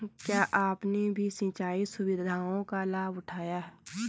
क्या आपने भी सिंचाई सुविधाओं का लाभ उठाया